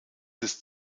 ist